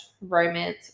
romance